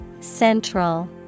Central